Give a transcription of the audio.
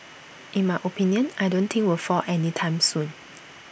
in my opinion I don't think will fall any time soon